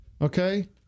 okay